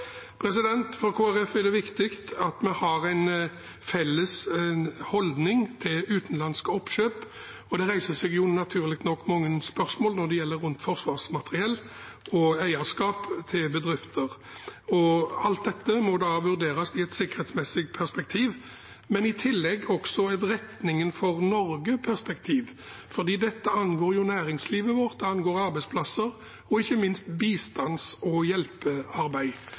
viktig at vi har en felles holdning til utenlandske oppkjøp, og det reiser seg naturlig nok mange spørsmål når det gjelder forsvarsmateriell og eierskap til bedrifter. Alt dette må vurderes i et sikkerhetsmessig perspektiv, men i tillegg i et retningen-for-Norge-perspektiv, for det angår jo næringslivet vårt, og det angår arbeidsplasser og ikke minst bistands- og hjelpearbeid.